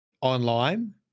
online